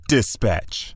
Dispatch